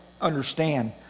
understand